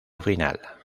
final